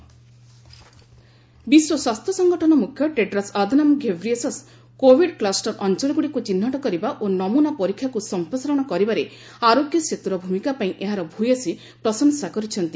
WHO Aarogya Setu app ବିଶ୍ୱ ସ୍ୱାସ୍ଥ୍ୟ ସଂଗଠନ ମୁଖ୍ୟ ଟେଡ୍ରସ୍ ଅଧନମ୍ ଘେବ୍ରିୟେସସ୍ କୋବିଡ୍ କ୍ଲଷ୍ଟର ଅଞ୍ଚଳଗୁଡ଼ିକୁ ଚିହ୍ନଟ କରିବା ଓ ନମୁନା ପରୀକ୍ଷାକୁ ସଂପ୍ରସାରଣ କରିବାରେ ଆରୋଗ୍ୟ ସେତୁର ଭୂମିକା ପାଇଁ ଏହାର ଭୂୟସୀ ପ୍ରଶଂସା କରିଛନ୍ତି